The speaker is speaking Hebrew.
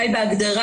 בהגדרה,